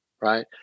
right